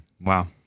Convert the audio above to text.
Wow